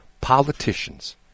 politicians